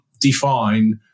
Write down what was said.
define